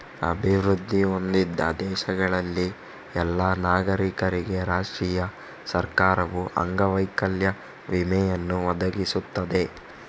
ಅಭಿವೃದ್ಧಿ ಹೊಂದಿದ ದೇಶಗಳಲ್ಲಿ ಎಲ್ಲಾ ನಾಗರಿಕರಿಗೆ ರಾಷ್ಟ್ರೀಯ ಸರ್ಕಾರವು ಅಂಗವೈಕಲ್ಯ ವಿಮೆಯನ್ನು ಒದಗಿಸುತ್ತದೆ